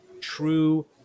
true